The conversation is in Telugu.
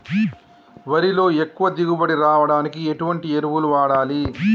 వరిలో ఎక్కువ దిగుబడి రావడానికి ఎటువంటి ఎరువులు వాడాలి?